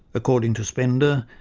according to spender,